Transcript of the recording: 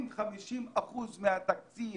אם 50% מהתקציב